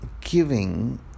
giving